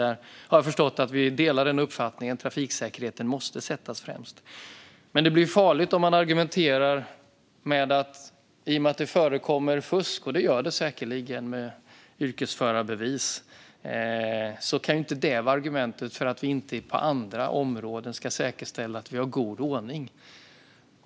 Där har jag förstått att vi delar uppfattningen att trafiksäkerheten måste sättas främst. Det blir dock farligt om man argumenterar med att det förekommer fusk med yrkesförarbevis. Det gör det säkerligen, men det kan inte vara ett argument för att vi inte på andra områden ska säkerställa att vi har en god ordning.